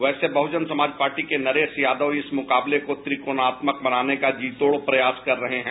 वैसे बहुजन समाज पार्टी के नरेश यादव इस मुकाबले को त्रिकोणात्मक बनाने का जी तोड प्रयास कर रहे हैं